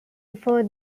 before